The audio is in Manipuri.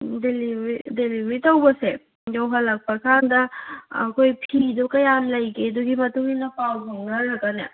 ꯎꯝ ꯗꯦꯂꯤꯕꯔꯤ ꯇꯧꯕꯁꯦ ꯌꯧꯍꯜꯂꯛꯄ ꯀꯥꯟꯗ ꯑꯩꯈꯣꯏ ꯐꯤꯗꯨ ꯀꯌꯥ ꯂꯩꯕꯒꯦ ꯍꯥꯏꯗꯨꯒꯤ ꯃꯇꯨꯡ ꯏꯟꯅ ꯐꯥꯎ ꯐꯥꯎꯅꯔꯒꯅꯦ